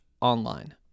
online